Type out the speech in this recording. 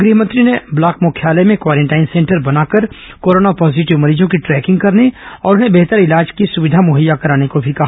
गृह मंत्री ने ब्लॉक मुख्यालय में क्वारेंटाइन सेंटर बनाकर कोरोना पॉजिटिव मरीजों की ट्रेकिंग करने और उन्हें बेहतर इलाज की सुविधा मुहैया कराने के लिए कहा